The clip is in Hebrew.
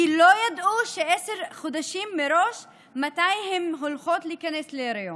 כי הן לא ידעו עשרה חודשים מראש שהן הולכות להיכנס להיריון.